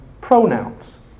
pronouns